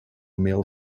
mail